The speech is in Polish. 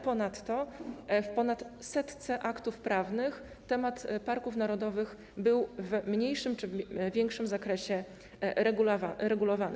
Ponadto w ponad setce aktów prawnych temat parków narodowych był w mniejszym czy większym zakresie regulowany.